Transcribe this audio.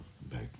back